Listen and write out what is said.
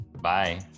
bye